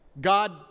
God